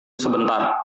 sebentar